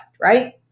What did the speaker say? right